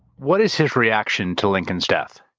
what is his reaction to lincoln's death?